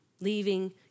Leaving